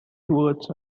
towards